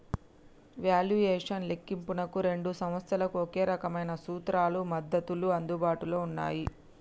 valuation లెక్కింపునకు రెండు సంస్థలకు ఒకే రకమైన సూత్రాలు, పద్ధతులు అందుబాటులో ఉన్నయ్యి